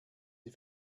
die